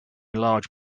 large